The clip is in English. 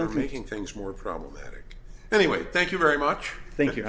don't making things more problematic anyway thank you very much i think